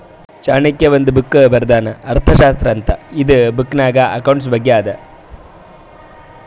ಚಾಣಕ್ಯ ಒಂದ್ ಬುಕ್ ಬರ್ದಾನ್ ಅರ್ಥಶಾಸ್ತ್ರ ಅಂತ್ ಇದು ಬುಕ್ನಾಗ್ ಅಕೌಂಟ್ಸ್ ಬಗ್ಗೆ ಅದಾ